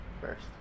first